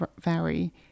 vary